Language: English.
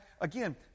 again